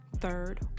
third